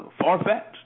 far-fetched